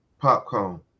Popcorn